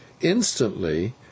Instantly—